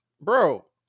bro